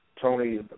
Tony